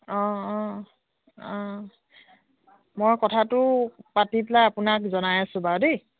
অঁ অঁ অঁ মই কথাটো পাতি পেলাই আপোনাক জনাই আছোঁ বাৰু দেই